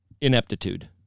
Ineptitude